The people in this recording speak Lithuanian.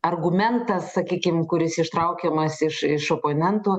argumentas sakykim kuris ištraukiamas iš iš oponentų